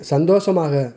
சந்தோஷமாக